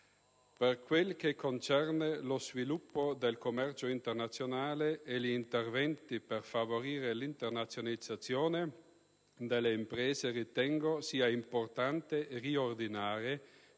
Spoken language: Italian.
Per quanto concerne lo sviluppo del commercio internazionale e gli interventi per favorire l'internazionalizzazione delle imprese, è importante riordinare